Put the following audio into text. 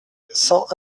cent